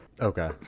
Okay